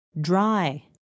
Dry